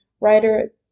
writer